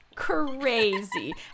crazy